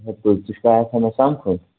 ہیٚلہِ ژٕ چھُ کانٛہہ آسان مےٚ سَمکھُن